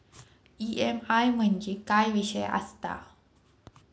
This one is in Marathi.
ई.एम.आय म्हणजे काय विषय आसता?